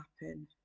happen